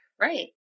right